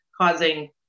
causing